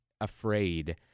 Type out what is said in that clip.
Afraid